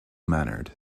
mannered